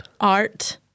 art